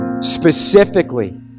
specifically